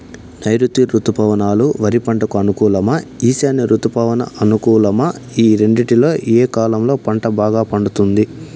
నైరుతి రుతుపవనాలు వరి పంటకు అనుకూలమా ఈశాన్య రుతుపవన అనుకూలమా ఈ రెండింటిలో ఏ కాలంలో పంట బాగా పండుతుంది?